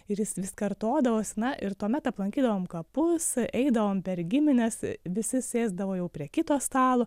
ir jis vis kartodavosi na ir tuomet aplankydavom kapus eidavom per gimines visi sėsdavo jau prie kito stalo